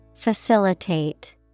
Facilitate